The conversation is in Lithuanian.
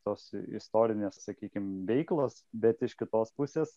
tos istorinės sakykim veiklos bet iš kitos pusės